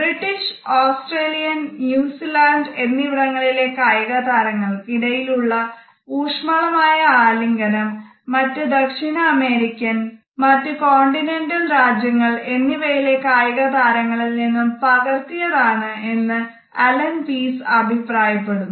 British Australian New Zealand എന്നിവിടങ്ങളിലെ കായിക താരങ്ങൾക്ക് ഇടയിൽ ഉള്ള ഊഷ്മളമായ ആലിംഗനം മറ്റ് ദക്ഷിണ അമേരിക്കൻ മറ്റ് കോണ്ടിനെന്റൽ രാജ്യങ്ങൾ എന്നിവയിലെ കായിക താരങ്ങളിൽ നിന്നും പകർത്തിയതാണ് എന്ന് അല്ലൻ പീസ് അഭിപ്രായപ്പെടുന്നു